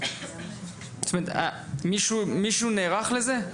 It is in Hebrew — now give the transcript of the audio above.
מישהו נערך לזה?